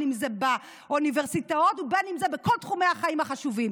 אם זה באוניברסיטאות ואם זה בכל תחומי החיים החשובים,